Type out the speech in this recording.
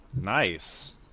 Nice